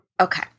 Okay